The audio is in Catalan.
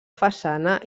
façana